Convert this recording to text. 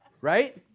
right